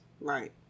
Right